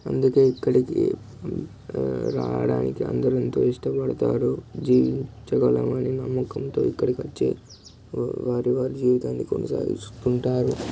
అందుకే ఇక్కడికి రావడానికి అందరుఎంతో ఇష్టపడతారు జీవించగలమని నమ్మకంతో ఇక్కడికి వచ్చి వారి వారి జీవితాన్ని కొనసాగిస్తుంటారు